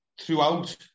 Throughout